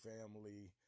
family